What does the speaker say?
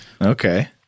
Okay